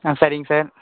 ஆ சரிங்க சார்